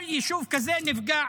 כל יישוב כזה נפגע,